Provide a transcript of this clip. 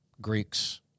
Greeks